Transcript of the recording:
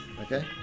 okay